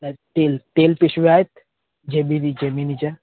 नाही तेल तेल पिशव्या आहेत जेमिनी जेमिनीच्या